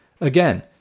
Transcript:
Again